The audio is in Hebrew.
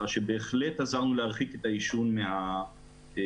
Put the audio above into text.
בהחלט עזר לנו להרחיק את העישון או להסתיר